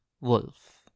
wolf